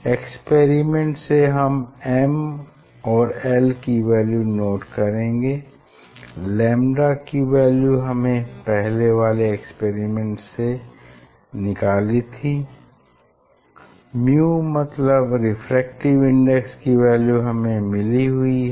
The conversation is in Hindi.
एक्सपेरिमेंट से हम m और l की वैल्यू नोट करेंगे λ की वैल्यू हमें पहले वाले एक्सपेरिमेंट से निकाल ली थी µ मतलब रेफ्रेक्टिव इंडेक्स की वैल्यू हमें मिली हुई है